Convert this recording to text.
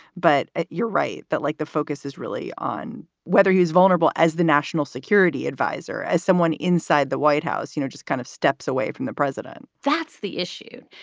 but you're right that, like, the focus is really on whether he's vulnerable as the national security adviser, as someone inside the white house. you know, just kind of steps away from the president that's the issue,